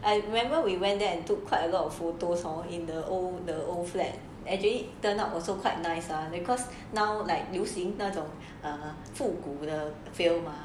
I remember we went there and took quite a lot of photos or in the old the old flat actually turn out also quite nice lah because now like 流行那种复古的 feel mah